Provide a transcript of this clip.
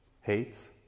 hates